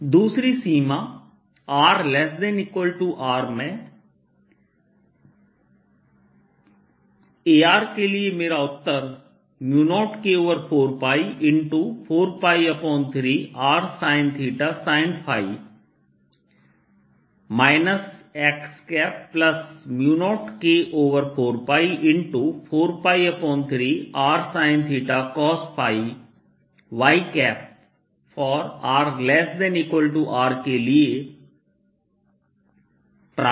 दूसरी सीमा r≤Rमें Ar के लिए मेरा उत्तर 0K4π4π3rsinθ sin x0K4π4π3rsinθ cos y r≤R के लिए प्राप्त होता है